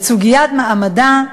את סוגיית מעמדה,